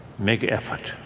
make effort